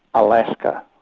alaska.